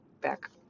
back